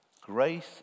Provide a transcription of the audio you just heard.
Grace